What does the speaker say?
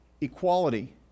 equality